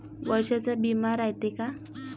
वर्षाचा बिमा रायते का?